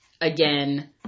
again